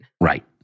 Right